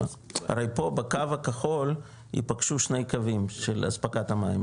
הרי פה בקו הכחול יפגשו שני קווים של אספקת המים,